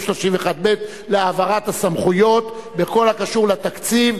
31(ב) להעברת הסמכויות בכל הקשור לתקציב.